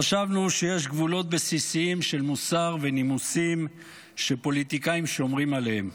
חשבנו שיש גבולות בסיסיים של מוסר ונימוסים שפוליטיקאים שומרים עליהם,